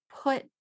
put